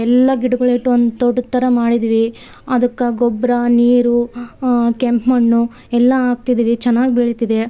ಎಲ್ಲ ಗಿಡಗಳಿಟ್ಟು ಒಂದು ತೋಟದ ಥರ ಮಾಡಿದೀವಿ ಅದಕ್ಕೆ ಗೊಬ್ಬರ ನೀರು ಕೆಂಪು ಮಣ್ಣು ಎಲ್ಲ ಹಾಕ್ತಿದ್ದೀವಿ ಚೆನ್ನಾಗಿ ಬೆಳೀತಿದೆ